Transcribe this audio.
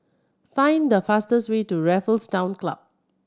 find the fastest way to Raffles Town Club